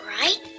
Right